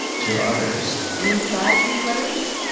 to others and inside these letters,